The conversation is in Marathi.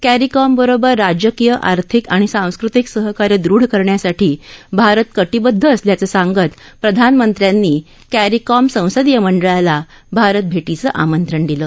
कॅरिकॉमबरोबर राजकीय आर्थिक आणि सांस्कृतिक सहकार्य दृढ करण्यासाठी भारत कटिबद्ध असल्याचं सांगत प्रधानमंत्र्यांनी कॅरिकॉम संसदीय मंडळाला भारत भेटीचं आमंत्रण दिलं